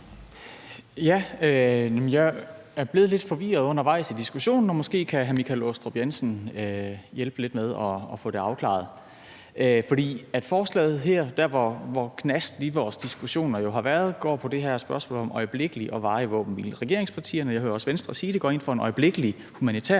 Jeg er blevet lidt forvirret undervejs i diskussionen, og måske kan hr. Michael Aastrup Jensen hjælpe lidt med at få det afklaret. Der, hvor knasten i vores diskussion har været, går jo det her spørgsmål om øjeblikkelig og varig våbenhvile. Regeringspartierne – jeg hører også Venstre sige det – går ind for en øjeblikkelig humanitær